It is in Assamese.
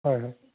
হয় হয়